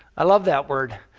i love that word.